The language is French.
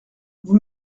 vous